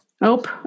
Nope